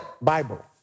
Bible